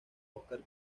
óscar